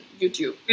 youtube